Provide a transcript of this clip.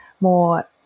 more